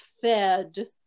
fed